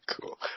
cool